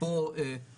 יש פה ארגון,